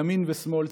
ימין ושמאל,